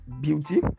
beauty